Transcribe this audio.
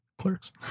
clerks